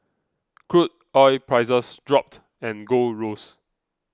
crude oil prices dropped and gold rose